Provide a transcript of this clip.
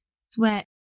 sweat